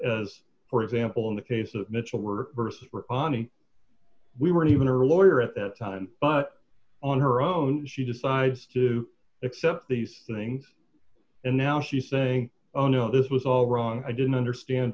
as for example in the case of mitchell we're vs we're on and we weren't even a lawyer at that time but on her own she decides to accept these things and now she's saying oh no this was all wrong i didn't understand